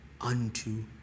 unto